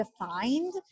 defined